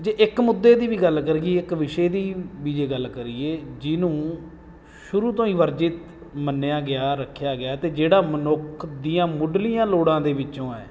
ਜੇ ਇੱਕ ਮੁੱਦੇ ਦੀ ਵੀ ਗੱਲ ਕਰੀਏ ਇੱਕ ਵਿਸ਼ੇ ਦੀ ਵੀ ਜੇ ਗੱਲ ਕਰੀਏ ਜਿਹਨੂੰ ਸ਼ੁਰੂ ਤੋਂ ਹੀ ਵਰਜਿਤ ਮੰਨਿਆ ਗਿਆ ਰੱਖਿਆ ਗਿਆ ਅਤੇ ਜਿਹੜਾ ਮਨੁੱਖ ਦੀਆਂ ਮੁੱਢਲੀਆਂ ਲੋੜਾਂ ਦੇ ਵਿੱਚੋਂ ਹੈ